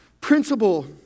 Principle